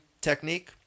technique